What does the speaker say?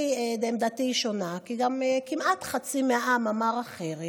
עמדתי היא שונה, כי גם כמעט חצי מהעם אמר אחרת.